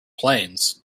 planes